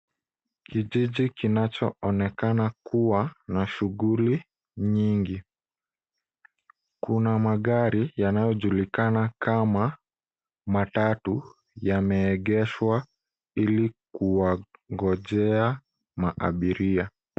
Kijiji kinachoonekana kuwa na shughuli nyingi. Kuna magari yanayojulikana kama matatu yameegeshwa ili kuwangojea maabiria.